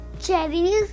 cherries